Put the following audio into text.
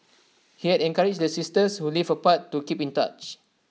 he had encouraged the sisters who lived apart to keep in touch